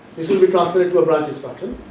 this will be translated to a branch instruction,